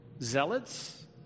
zealots